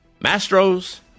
Mastro's